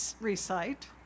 recite